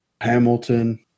Hamilton